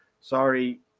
Sorry